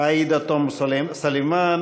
עאידה תומא סלימאן,